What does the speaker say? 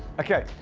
okay.